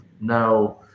Now